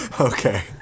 Okay